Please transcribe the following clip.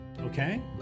okay